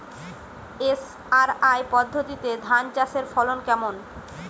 SRI পদ্ধতিতে ধান চাষের ফলন কেমন?